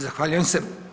Zahvaljujem se.